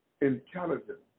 intelligent